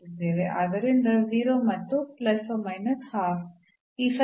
ಆದ್ದರಿಂದ 0 ಮತ್ತು ± 12